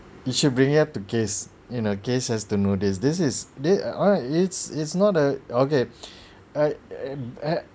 you should bring it up to guess you know guess has to know this this is they I it's it's not a okay I at